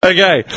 Okay